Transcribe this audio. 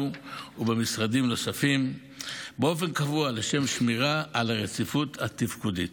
ובמשרדים נוספים באופן קבוע לשם שמירה על הרציפות התפקודית.